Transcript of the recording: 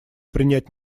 принять